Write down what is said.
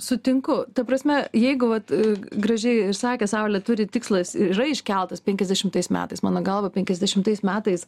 sutinku ta prasme jeigu vat g gražiai ir sakė saulė turi tikslas yra iškeltas penkiasdešimtais metais mano galva penkiasdešimtais metais